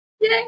yay